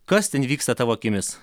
kas ten vyksta tavo akimis